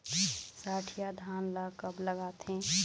सठिया धान ला कब लगाथें?